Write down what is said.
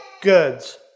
goods